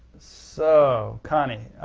so connie,